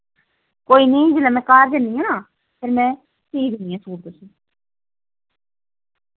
कोई निं जुल्लै मैं घर ज'न्नी आं ना फिर में सी दिन्नी ऐ सूट तुसेंगी